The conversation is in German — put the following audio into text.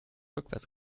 rückwärts